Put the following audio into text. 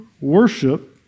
Worship